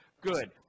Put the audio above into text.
Good